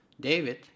David